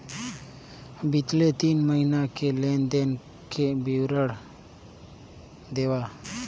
बितले तीन महीना के लेन देन के विवरण देवा?